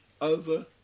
over